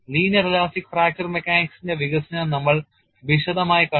linear elastic fracture മെക്കാനിക്സിന്റെ വികസനം നമ്മൾ വിശദമായി കണ്ടു